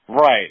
Right